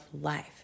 life